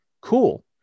Cool